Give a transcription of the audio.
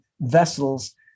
vessels